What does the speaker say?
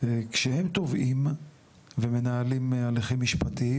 כשהם תובעים ומנהלים הליכים משפטיים,